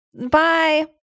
Bye